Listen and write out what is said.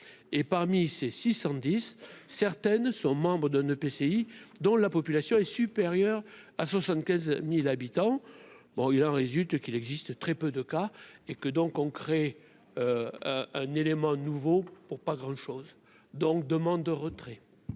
et parmi ces 610 certaines sont membres d'un EPCI dont la population est supérieur à 75000 habitants, bon, il en résulte qu'il existe très peu de cas. Et que donc on crée un élément nouveau pour pas grand chose donc demande de retrait.